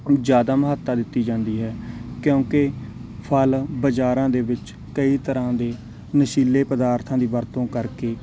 ਕੁਝ ਜ਼ਿਆਦਾ ਮਹੱਤਤਾ ਦਿੱਤੀ ਜਾਂਦੀ ਹੈ ਕਿਉਂਕਿ ਫ਼ਲ ਬਾਜ਼ਾਰਾਂ ਦੇ ਵਿੱਚ ਕਈ ਤਰ੍ਹਾਂ ਦੀ ਨਸ਼ੀਲੇ ਪਦਾਰਥਾਂ ਦੀ ਵਰਤੋਂ ਕਰਕੇ